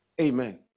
Amen